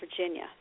Virginia